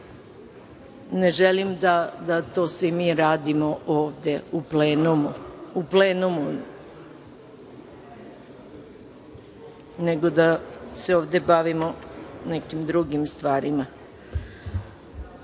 ne želim da to svi mi radimo ovde u plenumu, nego da se ovde bavimo nekim drugim stvarima. Izvolite.